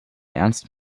ernst